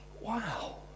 wow